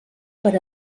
per